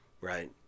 right